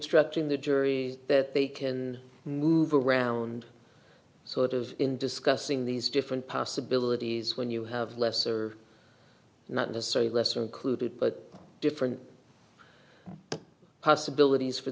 structing the jury that they can move around so it is in discussing these different possibilities when you have less or not to say lesser included but different possibilities for